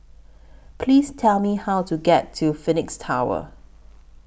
Please Tell Me How to get to Phoenix Tower